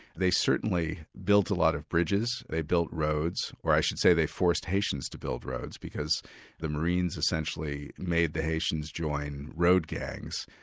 they certainly built a lot of bridges, they built roads, or i should say they forced haitians to build roads because the marines essentially made the haitians join road-gangs,